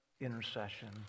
intercession